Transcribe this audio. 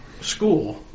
school